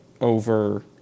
over